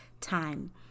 time